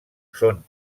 són